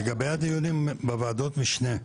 לגבי הדיונים בוועדות משנה,